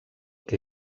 que